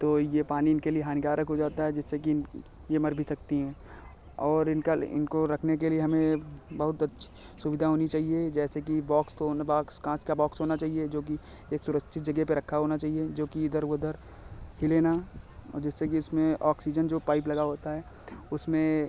तो यह पानी इनके लिए हानिकारक हो जाता है जिससे कि इन यह मर भी सकती हैं और इनका इनको रखने के लिए हमें बहुत अच्छी सुविधा होनी चहिए जैसे कि बॉक्स तो होना बाक्स काँच का बॉक्स होना चाहिए जो कि एक सुरक्षित जगह पर रखा होना चाहिए जो कि इधर उधर हिलें न और जिससे कि उसमें ऑक्सीजन जो पाइप लगा होता है उसमें